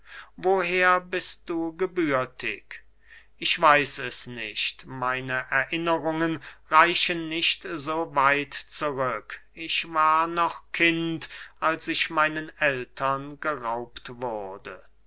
woher bist du gebürtig ich weiß es nicht meine erinnerungen reichen nicht so weit zurück ich war noch kind als ich meinen ältern geraubt wurde